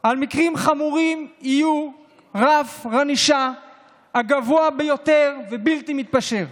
על מקרים חמורים יהיה רף הענישה הגבוה ביותר ובלתי מתפשר.